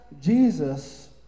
Jesus